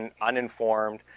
uninformed